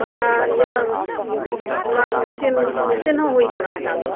ᱚᱲᱟᱜᱨᱮ ᱱᱚᱝᱠᱟ ᱢᱮᱥᱤᱱ ᱦᱚᱸ ᱦᱩᱭ ᱠᱟᱱᱟ ᱱᱮᱛᱟᱨ ᱫᱚ